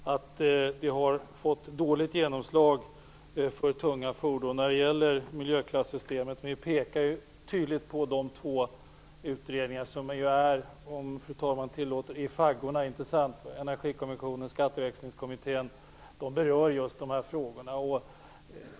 Fru talman! Jag får tacka för erbjudandet att instämma i reservationen, men det är inte så allvarligt som Peter Weibull Bernström säger. Utskottet konstaterar att miljöklassystemet för tunga fordon har fått dåligt genomslag, men vi pekar tydligt på de två utredningar som är i faggorna, Energikommissionen och Skatteväxlingskommittén. Dessa berör just de här frågorna.